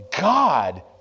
God